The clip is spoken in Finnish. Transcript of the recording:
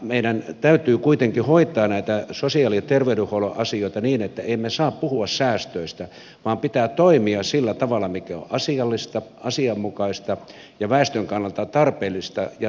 meidän täytyy kuitenkin hoitaa näitä sosiaali ja terveydenhuollon asioita niin että emme saa puhua säästöistä vaan pitää toimia sillä tavalla mikä on asiallista asianmukaista ja väestön kannalta tarpeellista ja tarkoituksenmukaista